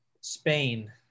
Spain